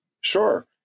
Sure